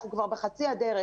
אנחנו כבר בחצי הדרך.